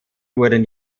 wurden